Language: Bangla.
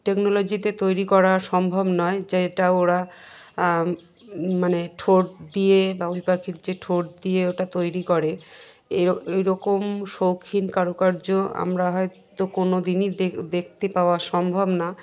টেকনোলজিতে তৈরি করা সম্ভব নয় যেটা ওরা মানে ঠোঁট দিয়ে বাবুই পাখির যে ঠোঁট দিয়ে ওটা তৈরি করে এর এইরকম শৌখিন কারুকার্য আমরা হয়তো কোনো দিনই দে দেখতে পাওয়া সম্ভব না